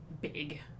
Big